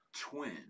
twin